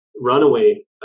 runaway